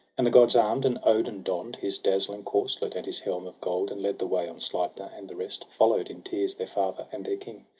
and the gods arm'd and odin donn'd his dazzling corslet and his helm of gold, and led the way on sleipner and the rest follow'd, in tears, their father and their king.